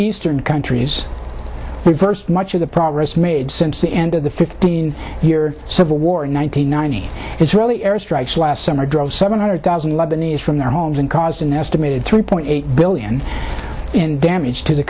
eastern countries reversed much of the progress made since the end of the fifteen year civil war in one thousand nine hundred israeli airstrikes last summer drove seven hundred thousand lebanese from their homes and caused an estimated three point eight billion in damage to the